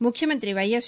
ముఖ్యమంతి వైఎస్